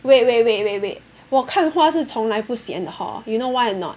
wait wait wait wait wait 我看花是从来不 sian 的 hor you know why or not